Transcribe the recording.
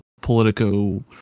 Politico